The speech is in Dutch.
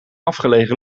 afgelegen